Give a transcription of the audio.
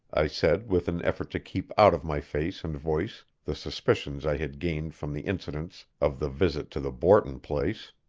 i said with an effort to keep out of my face and voice the suspicions i had gained from the incidents of the visit to the borton place.